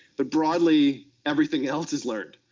but broadly, everything else is learned,